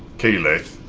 keyleth.